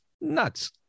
nuts